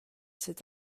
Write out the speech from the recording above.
cet